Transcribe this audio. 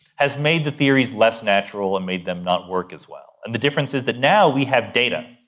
has made the theories less natural and made them not work as well. and the difference is that now we have data.